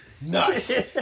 Nice